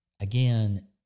again